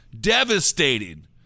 devastating